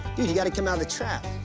you gotta come out of the trap.